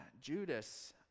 judas